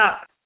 up